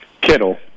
Kittle